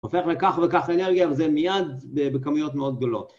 הופך לכך וכך אנרגיה וזה מיד בכמויות מאוד גדולות.